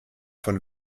von